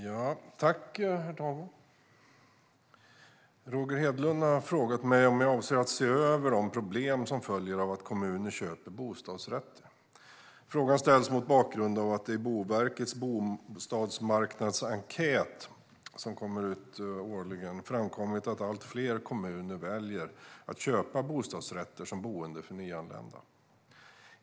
Herr talman! Roger Hedlund har frågat mig om jag avser att se över de problem som följer av att kommuner köper bostadsrätter. Frågan ställs mot bakgrund av att det i Boverkets årliga bostadsmarknadsenkät framkommit att allt fler kommuner väljer att köpa bostadsrätter som boende för nyanlända.